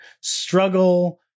struggle